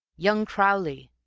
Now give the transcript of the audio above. young crowley,